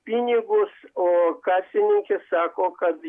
pinigus o kasininkė sako kad